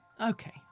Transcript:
Okay